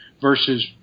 versus